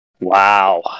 Wow